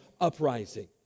uprising